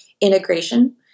integration